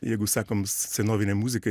jeigu sakom senovinė muzika